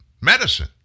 medicine